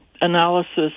analysis